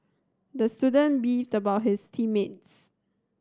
the student beefed about his team mates